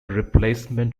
replacement